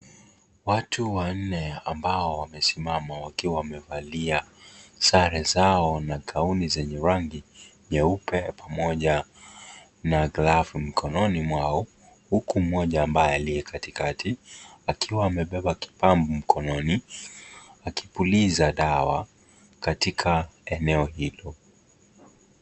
Watu wanne ambao wamesimama wakiwa wamevalia sare zao na gauni zeye rangi nyeupe, mmoja na glavu mkononi mwao huku, mmoja ambaye aliye katikati akiwa amebeba kifaa mkononi. Akipuliza dawa katika eneo hilo.